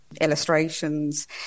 illustrations